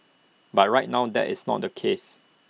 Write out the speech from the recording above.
but right now that is not the case